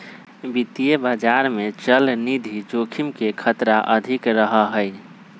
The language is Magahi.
वित्तीय बाजार में चलनिधि जोखिम के खतरा अधिक रहा हई